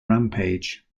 rampage